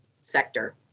sector